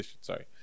Sorry